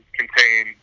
contain